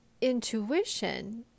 intuition